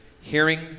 hearing